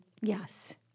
Yes